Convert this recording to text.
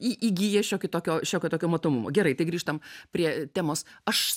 į įgyja šiokį tokio šiokio tokio matomumo gerai tai grįžtam prie temos aš